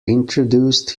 introduced